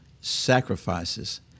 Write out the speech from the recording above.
sacrifices